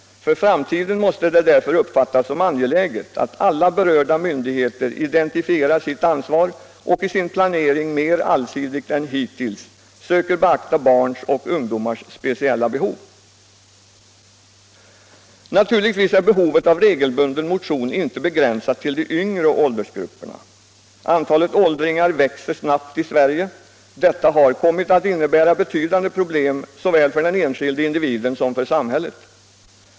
För framtiden måste det därför uppfattas som angeläget att alla berörda myndigheter identifierar sitt ansvar och i sin planering mer allsidigt än hittills söker beakta barns och ungdomars speciella behov.” Naturligtvis är behovet av regelbunden motion inte begränsat till de yngre åldersgrupperna. Antalet åldringar växer snabbt i Sverige. Detta har kommit att innebära betydande problem såväl för den enskilde individen som för samhället.